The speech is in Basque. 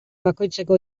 bakoitzeko